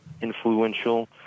influential